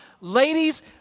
Ladies